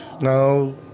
now